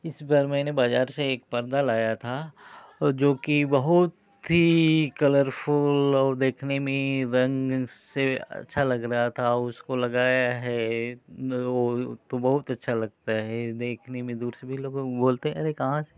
इस बार मैने बाज़ार से एक पर्दा लाया था जो की बहुत ही कलरफुल और देखने में रंग से अच्छा लग रहा था उसको लगाया है तो बहुत अच्छा लगता है देखने में दूर से लोग बोलते हैं अरे कहाँ से